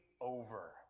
over